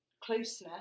closeness